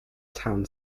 town